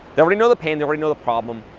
that we know the pain, that we know the problem,